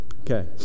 Okay